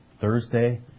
Thursday